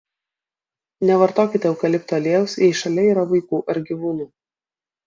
nevartokite eukalipto aliejaus jei šalia yra vaikų ar gyvūnų